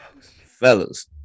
Fellas